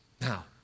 Now